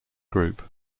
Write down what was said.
group